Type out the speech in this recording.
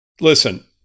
listen